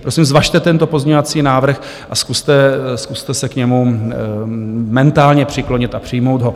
Prosím, zvažte tento pozměňovací návrh a zkuste se k němu mentálně přiklonit a přijmout ho.